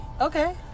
Okay